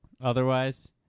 Otherwise